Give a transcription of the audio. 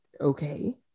okay